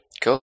cool